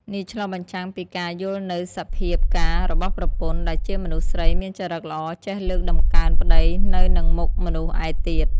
នេះឆ្លុះបញ្ចាំងពីការយល់នូវសភាពការរបស់ប្រពន្ធ ដែលជាមនុស្សស្រីមានចរិតល្អចេះលើកតម្កើងប្ដីនៅនឹងមុខមនុស្សឯទៀត។